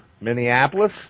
Minneapolis